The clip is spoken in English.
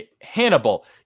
Hannibal